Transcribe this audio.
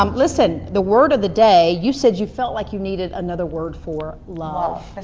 um listen, the word of the day, you said you felt like you needed another word for love.